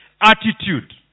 attitude